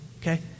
okay